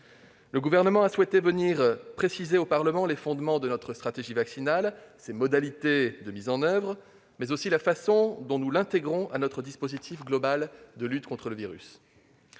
Le Gouvernement a souhaité préciser au Parlement les fondements de notre stratégie vaccinale et ses modalités de mise en oeuvre, mais aussi la façon dont il l'intègre à son dispositif global de lutte contre le virus.